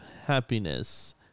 happiness